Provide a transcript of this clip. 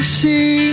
see